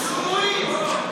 צבועים.